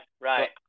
Right